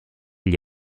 gli